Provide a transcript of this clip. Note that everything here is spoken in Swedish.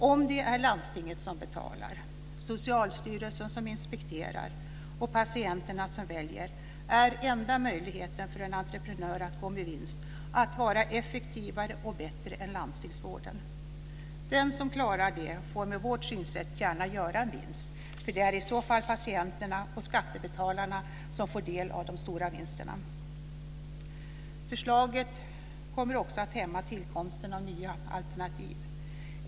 Om det är landstingen som betalar, Socialstyrelsen som inspekterar och patienterna som väljer, är enda möjligheten för en entreprenör att gå med vinst att vara effektivare och bättre än landstingsvården. Den som klarar det får med vårt synsätt gärna göra en vinst. Det är i så fall patienterna och skattebetalarna som får del av de stora vinsterna. Förslaget kommer också att hämma tillkomsten av nya alternativ.